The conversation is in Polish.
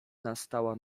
nastała